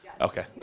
Okay